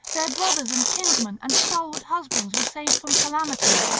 their brothers and kinsmen and stalwart husbands were saved from calamity.